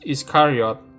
Iscariot